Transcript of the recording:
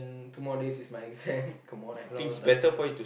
mm two more days is my exam come on I have not even touched the book